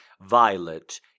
Violet